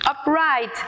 upright